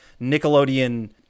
Nickelodeon